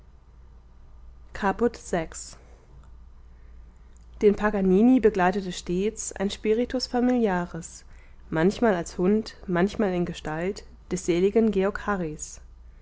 caput vi den paganini begleitete stets ein spiritus familiaris manchmal als hund manchmal in gestalt des seligen georg harrys